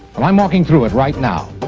well, i'm walking through it right now.